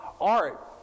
art